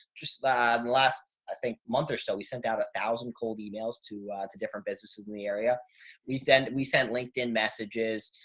just that last, i think month or so we sent out a thousand cold emails to two different businesses in the area we sent. we sent linkedin messages,